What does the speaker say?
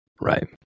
Right